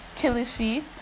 Kilishi